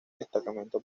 descontento